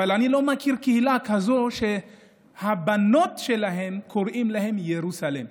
אבל אני לא מכיר קהילה כזו שלבנות שלה קוראים ירוסלם.